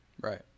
Right